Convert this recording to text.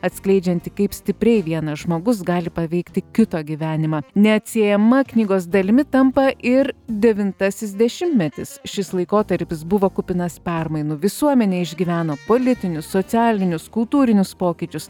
atskleidžianti kaip stipriai vienas žmogus gali paveikti kito gyvenimą neatsiejama knygos dalimi tampa ir devintasis dešimtmetis šis laikotarpis buvo kupinas permainų visuomenė išgyveno politinius socialinius kultūrinius pokyčius